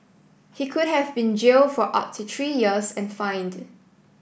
he could have been jailed for up to three years and fined